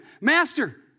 Master